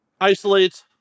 Isolate